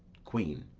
queen.